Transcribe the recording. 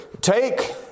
take